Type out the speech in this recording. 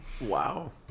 Wow